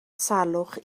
salwch